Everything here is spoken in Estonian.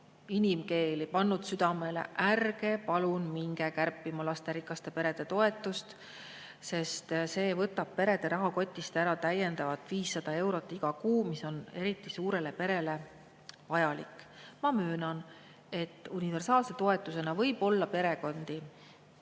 inimkeeli ja pannud südamele, et ärge palun minge kärpima lasterikaste perede toetust, sest see võtab perede rahakotist ära täiendavalt 500 eurot iga kuu, kuigi see raha on eriti suurele perele vajalik. Ma möönan, et võib olla perekondi,